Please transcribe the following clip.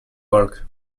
work